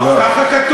לא.